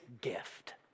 gift